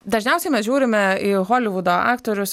dažniausiai mes žiūrime į holivudo aktorius